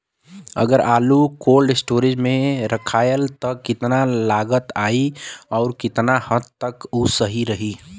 अगर आलू cold storage में रखायल त कितना लागत आई अउर कितना हद तक उ सही रही?